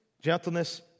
gentleness